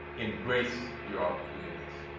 embrace your opportunities.